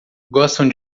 gostam